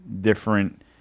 different